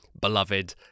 beloved